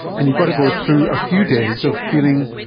and you've got to go through a few days of feeling,